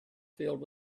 filled